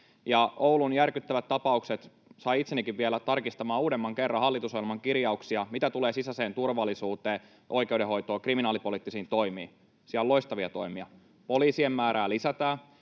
Oulun järkyttävät tapaukset saivat itsenikin vielä tarkistamaan uudemman kerran hallitusohjelman kirjauksia, mitä tulee sisäiseen turvallisuuteen, oikeudenhoitoon ja kriminaalipoliittisiin toimiin. Siellä on loistavia toimia: poliisien määrää lisätään,